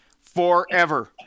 forever